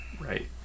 right